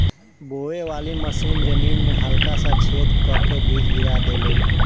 बोवे वाली मशीन जमीन में हल्का सा छेद क के बीज गिरा देले